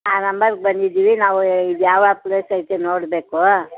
ಆ ನಂಬರ್ಗೆ ಬಂದಿದ್ದೀವಿ ನಾವು ಇದುಯಾವ ಪ್ಲೇಸ್ ಐತೆ ನೋಡಬೇಕು